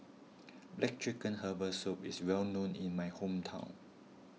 Black Chicken Herbal Soup is well known in my hometown